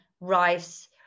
rice